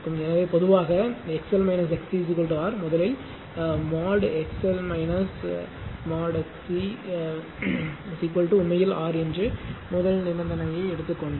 எனவே பொதுவாக XL XC R முதலில் மோட் எக்ஸ்எல் மோட் எக்ஸ்சி உண்மையில் ஆர் என்று முதல் நிபந்தனையை எடுத்துக் கொண்டால்